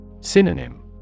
Synonym